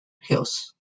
hills